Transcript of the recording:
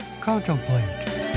Contemplate